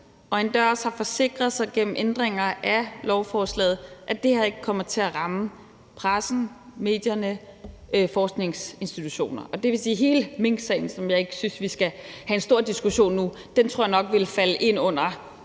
og endda også har forsikret sig gennem ændringer af lovforslaget, at det her ikke kommer til at ramme pressen, medierne eller forskningsinstitutioner. Det vil sige, at hele minksagen, som jeg ikke synes vi skal have en stor diskussion om nu, tror jeg nok ville falde ind under